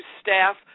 staff